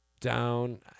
down